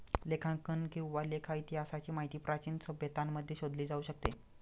लेखांकन किंवा लेखा इतिहासाची माहिती प्राचीन सभ्यतांमध्ये शोधली जाऊ शकते